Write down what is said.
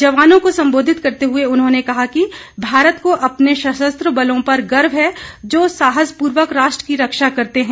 जवानों को संबोधित करते हुए उन्होंने कहा कि भारत को अपने सशस्त्र बलों पर गर्व है जो साहसपूर्वक राष्ट्र की रक्षा करते हैं